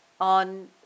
on